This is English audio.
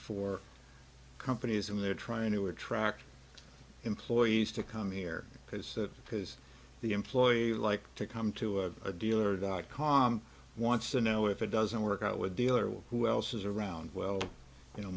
for companies and they're trying to attract employees to come here because because the employee like to come to a dealer dot com wants to know if it doesn't work out with a dealer who else is around well you know